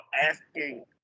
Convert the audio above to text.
asking